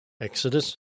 Exodus